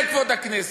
זה כבוד הכנסת.